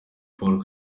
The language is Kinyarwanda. paul